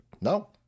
No